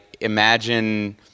imagine